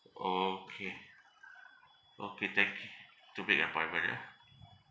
okay okay thank you to make appointment ya